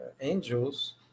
angels